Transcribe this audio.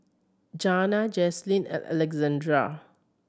Janna Jaclyn and Alexzander